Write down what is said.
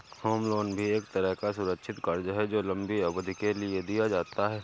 home loan भी एक तरह का सुरक्षित कर्ज है जो लम्बी अवधि के लिए दिया जाता है